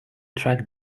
track